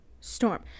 storm